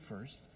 first